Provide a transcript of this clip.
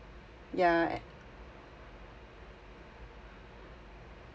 yeah